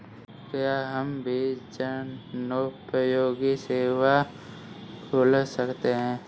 क्या हम भी जनोपयोगी सेवा खोल सकते हैं?